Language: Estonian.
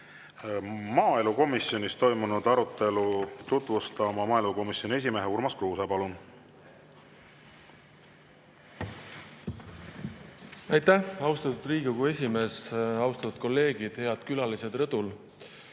maaelukomisjonis toimunud arutelu tutvustama maaelukomisjoni esimehe Urmas Kruuse. Palun! Aitäh, austatud Riigikogu esimees! Austatud kolleegid! Head külalised rõdul!